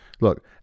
look